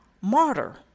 Martyr